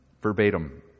verbatim